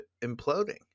imploding